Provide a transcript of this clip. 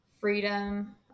freedom